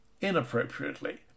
inappropriately